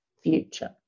future